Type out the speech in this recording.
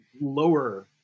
lower